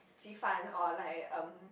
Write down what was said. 鸡饭 or like um